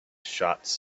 shots